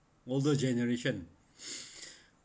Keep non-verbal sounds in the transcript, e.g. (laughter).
older generation (breath)